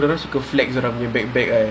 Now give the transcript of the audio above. their own electrical flags around the big big